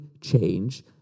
change